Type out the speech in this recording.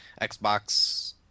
Xbox